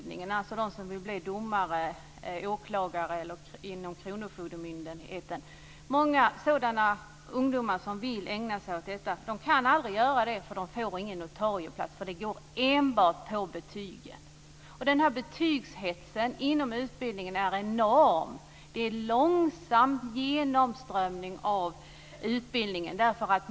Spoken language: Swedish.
Det gäller dem som vill bli domare, åklagare eller arbeta inom Kronofogdemyndigheten. Många ungdomar som vill ägna sig åt detta kan aldrig göra det därför att de inte får någon notarieplats. Det går nämligen enbart på betygen. Den här betygshetsen inom utbildningen är enorm. Det är en långsam genomströmning i utbildningen.